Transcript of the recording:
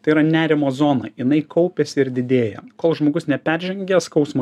tai yra nerimo zona jinai kaupiasi ir didėja kol žmogus neperžengia skausmo